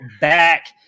back